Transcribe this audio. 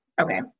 Okay